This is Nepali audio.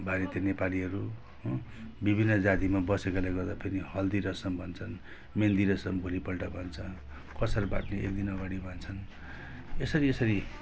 बाहिर त नेपालीहरू विभिन्न जातिमा बसेकाले गर्दा पनि हल्दी रसम भन्छन् मेहन्दी रसम भोलिपल्ट भन्छ कसार बाट्ने एक दिनअगाडि भन्छन् यसरी यसरी